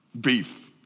beef